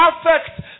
perfect